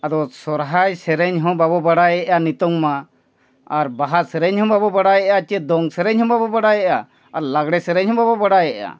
ᱟᱫᱚ ᱥᱚᱦᱨᱟᱭ ᱥᱮᱨᱮᱧ ᱦᱚᱸ ᱵᱟᱵᱚ ᱵᱟᱲᱟᱭᱮᱫᱼᱟ ᱱᱤᱛᱚᱜ ᱢᱟ ᱟᱨ ᱵᱟᱦᱟ ᱥᱮᱨᱮᱧ ᱦᱚᱸ ᱵᱟᱵᱚ ᱵᱟᱲᱟᱭᱮᱜᱼᱟ ᱪᱮᱫ ᱫᱚᱝ ᱥᱮᱨᱮᱧ ᱦᱚᱸ ᱵᱟᱵᱚ ᱵᱟᱲᱟᱭᱮᱫᱼᱟ ᱟᱨ ᱞᱟᱜᱽᱬᱮ ᱥᱮᱨᱮᱧ ᱦᱚᱸ ᱵᱟᱵᱚ ᱵᱟᱲᱟᱭᱮᱫᱼᱟ